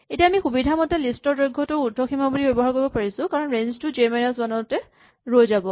এতিয়া আমি সুবিধামতে লিষ্ট ৰ দৈৰ্ঘটোক উৰ্দ্ধসীমা বুলি ব্যৱহাৰ কৰিব পাৰিছো কাৰণ ৰেঞ্জ টো জে মাইনাচ ৱান ত ৰৈ যাব